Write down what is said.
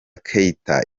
keita